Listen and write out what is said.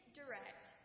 direct